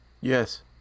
Yes